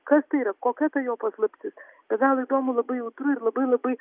kas tai yra kokia ta jo paslaptis be galo įdomu labai jautru ir labai labai